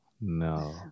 no